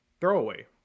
throwaway